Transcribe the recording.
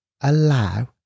allow